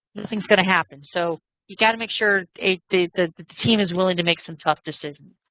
nothing's going to happen. so you've got to make sure that the team is willing to make some tough decisions.